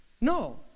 No